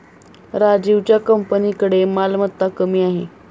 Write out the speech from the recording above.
राजीवच्या कंपनीकडे मालमत्ता कमी आहे